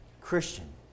Christian